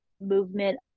movement